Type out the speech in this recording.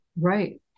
Right